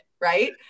right